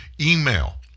email